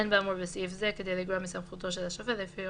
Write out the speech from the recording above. אין באמור בסעיף זה כדי לגרוע מסמכותו של השופט לפי